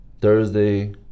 Thursday